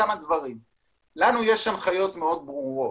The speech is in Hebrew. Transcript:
יש לנו הנחיות מאוד ברורות.